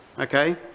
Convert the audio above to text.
Okay